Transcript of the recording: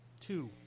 two